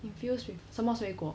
infused with 什么水果